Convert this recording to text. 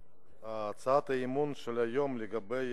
הצעת האי-אמון של היום לגבי